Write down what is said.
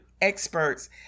experts